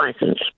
license